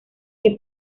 que